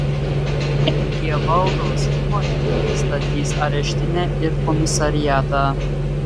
mg valdos įmonė statys areštinę ir komisariatą